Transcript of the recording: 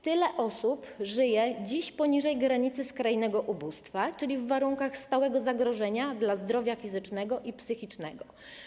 Tyle osób żyje dziś poniżej granicy skrajnego ubóstwa, czyli w warunkach stałego zagrożenia dla zdrowia fizycznego i psychicznego.